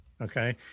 Okay